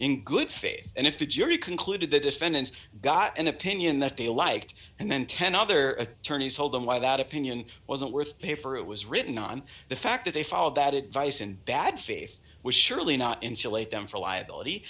in good faith and if the jury concluded the defendants got an opinion that they liked and then ten other attorneys told them why that opinion wasn't worth the paper it was written on the fact that they followed that advice in bad faith would surely not insulate them from liability